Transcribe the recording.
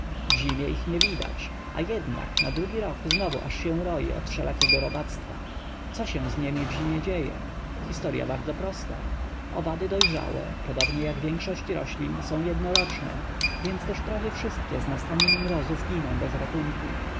ich nie widać a jednak na drugi rok znowu aż się roi od wszelakiego robactwa co się z niemi w zimie dzieje historya bardzo prosta owady dojrzałe podobnie jak większość roślin są jednoroczne więc też prawie wszystkie z nastaniem mrozów giną bez ratunku